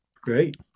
Great